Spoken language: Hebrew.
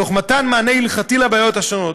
תוך מתן מענה הלכתי על הבעיות השונות.